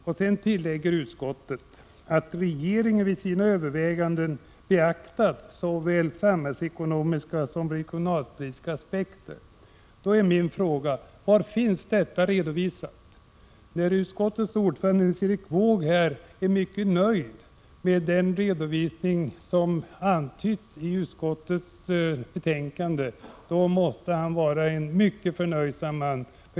Utskottet tillägger sedan att regeringen vid sina överväganden beaktat såväl samhällsekonomiska som regionalpolitiska aspekter. Min fråga är då: Var finns detta redovisat? När utskottets ordförande Nils Erik Wååg är nöjd med denna redovisning som antytts i utskottets betänkande, måste han vara en mycket förnöjsam man.